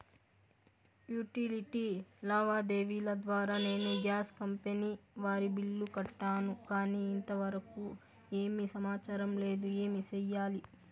Utility లావాదేవీల ద్వారా నేను గ్యాస్ కంపెని వారి బిల్లు కట్టాను కానీ ఇంతవరకు ఏమి సమాచారం లేదు, ఏమి సెయ్యాలి?